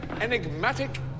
enigmatic